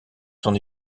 son